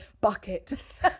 bucket